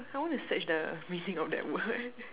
I want to search the meaning of that word